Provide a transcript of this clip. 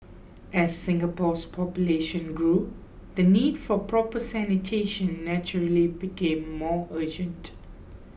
as Singapore's population grew the need for proper sanitation naturally became more urgent